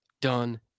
done